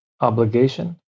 obligation